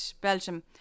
Belgium